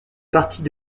partie